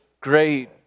great